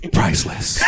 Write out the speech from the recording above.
priceless